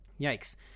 Yikes